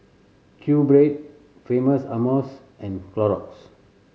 QBread Famous Amos and Clorox